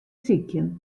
sykjen